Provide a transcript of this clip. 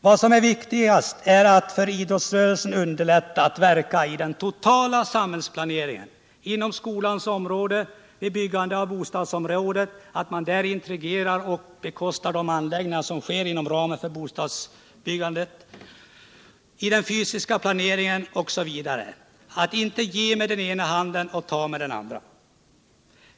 Vad som är viktigast är att underlätta för idrottsrörelsen att verka i den totala samhällsplaneringen. Inom skolans område, vid byggande av bostadsområden, i den fysiska planeringen osv. skall man inte ge med den ena handen och ta med den andra.